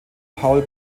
paul